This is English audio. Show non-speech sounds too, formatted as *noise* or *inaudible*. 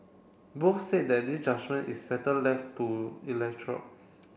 both said that this judgement is better left to *unintelligible*